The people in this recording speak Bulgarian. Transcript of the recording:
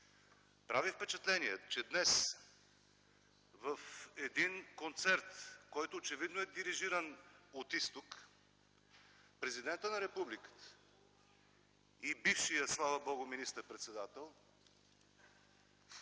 Прави впечатление, че днес в един концерт, който очевидно е дирижиран от изток, президентът на Републиката и бившият – слава, Богу, министър-председател